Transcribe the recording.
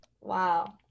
wow